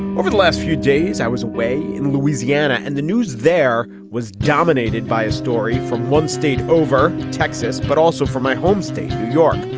over the last few days, i was away in louisiana and the news there was dominated by a story from one state over texas, but also from my home state, new york.